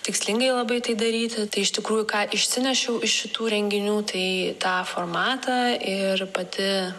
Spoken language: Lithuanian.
tikslingai labai tai daryti tai iš tikrųjų ką išsinešiau iš šitų renginių tai tą formatą ir pati